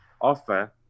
offer